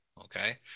Okay